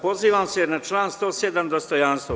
Pozivam se na član 107. dostojanstvo.